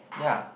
ya